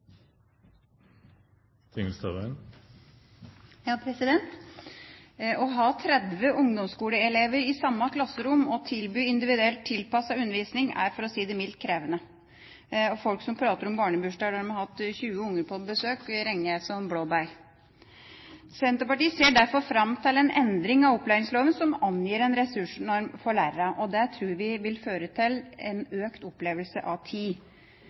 for å si det mildt, krevende. Folk prater om barnebursdager der de har hatt 20 unger på besøk. Det er som blåbær å regne. Senterpartiet ser derfor fram til en endring av opplæringsloven som angir en ressursnorm for lærere. Det tror vi vil føre til en økt opplevelse av tid.